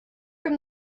from